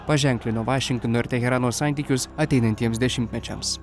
paženklino vašingtono ir teherano santykius ateinantiems dešimtmečiams